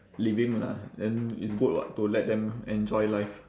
living lah then it's good [what] to let them enjoy life